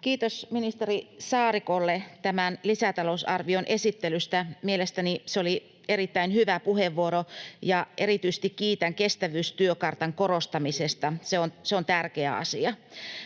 Kiitos ministeri Saarikolle tämän lisätalousarvion esittelystä. Mielestäni se oli erittäin hyvä puheenvuoro, ja erityisesti kiitän kestävyystiekartan korostamisesta — se on tärkeä asia.